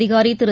அதிகாரிதிரு